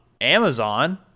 Amazon